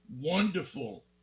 wonderful